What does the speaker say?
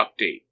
update